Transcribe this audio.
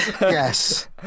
Yes